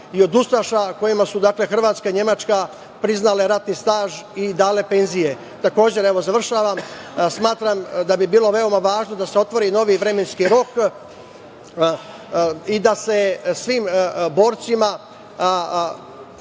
i od ustaša kojima su Hrvatska i Nemačka priznali ratni staž i dale penzije. Smatram da bi bilo veoma važno da se otvori novi vremenski rok i da se svim borcima